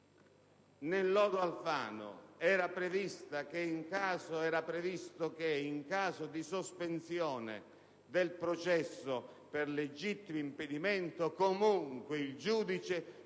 nel lodo Alfano era previsto che, in caso di sospensione del processo per legittimo impedimento, comunque il giudice